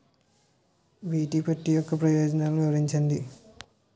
BT పత్తి యొక్క ప్రయోజనాలను వివరించండి?